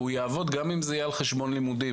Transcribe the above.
יעבוד גם אם זה יהיה על חשבון לימודים.